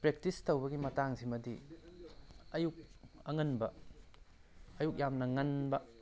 practice ꯇꯧꯕꯒꯤ ꯃꯇꯥꯡꯁꯤꯃꯗꯤ ꯑꯌꯨꯛ ꯑꯉꯟꯕ ꯑꯌꯨꯛ ꯌꯥꯝꯅ ꯉꯟꯕ